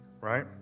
Right